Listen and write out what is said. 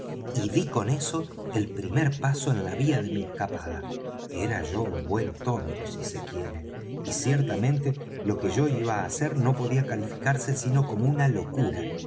y dí con eso el primer paso en la vía de mi escapada era yo un buen tonto si se quiere y ciertamente lo que yo iba á hacer no podía calificarse sino como una locura